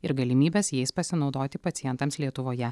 ir galimybes jais pasinaudoti pacientams lietuvoje